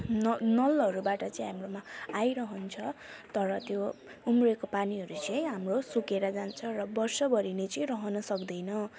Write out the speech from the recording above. न नलहरूबाट चाहिँ हाम्रोमा आइरहन्छ तर त्यो उम्रेको पानीहरू चाहिँ हाम्रो सुकेर जान्छ र वर्षभरि नै चाहिँ रहन सक्दैन